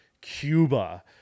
Cuba